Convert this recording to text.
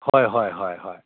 ꯍꯣꯏ ꯍꯣꯏ ꯍꯣꯏ ꯍꯣꯏ